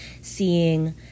seeing